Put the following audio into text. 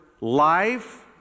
life